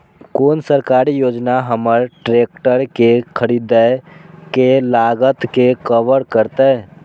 कोन सरकारी योजना हमर ट्रेकटर के खरीदय के लागत के कवर करतय?